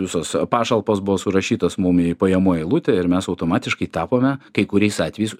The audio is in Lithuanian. visos pašalpos buvo surašytos mum į pajamų eilutę ir mes automatiškai tapome kai kuriais atvejais